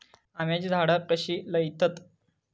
आम्याची झाडा कशी लयतत?